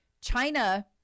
China